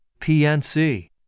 PNC